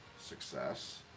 Success